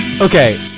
okay